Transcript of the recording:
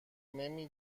نمی